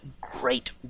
great